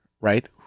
right